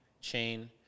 chain